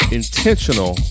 intentional